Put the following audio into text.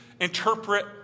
interpret